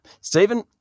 Stephen